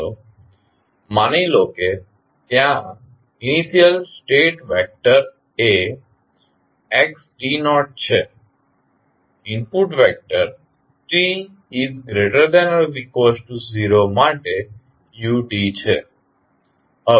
ચાલો માની લો કે ત્યાં ઇનિશિયલ સ્ટેટ વેક્ટર એ xt0 છે ઇનપુટ વેક્ટર t ≥0 માટે utછે